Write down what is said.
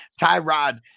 Tyrod